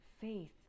faith